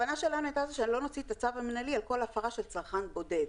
הכוונה שלנו הייתה שלא נוציא את הצו המינהלי על כל הפרה של צרכן בודד.